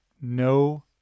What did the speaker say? no